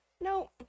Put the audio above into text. no